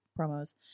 promos